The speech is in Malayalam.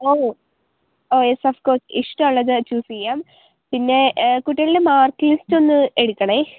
ഓ എസ് ഓഫ് കോഴ്സ് ഇഷ്ട്ടമുള്ളത് ചൂസ് ചെയ്യാം പിന്നെ കുട്ടികളുടെ മാർക്ക് ലിസ്റ്റ് ഒന്ന് എടുക്കണേ